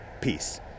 Peace